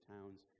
towns